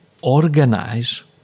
organize